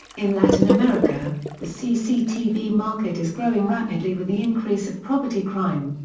in latin america, the cctv market is growing rapidly with the increase of property crime.